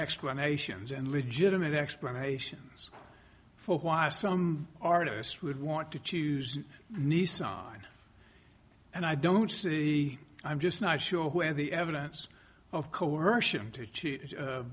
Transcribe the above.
explanations and legitimate explanations for why some artist would want to choose nissan and i don't see i'm just not sure where the evidence of coercion to